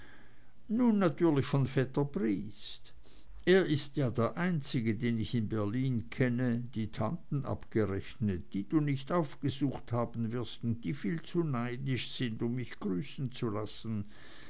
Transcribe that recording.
nun natürlich von vetter briest er ist ja der einzige den ich in berlin kenne die tanten abgerechnet die du nicht aufgesucht haben wirst und die viel zu neidisch sind um mich grüßen zu lassen